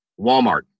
Walmart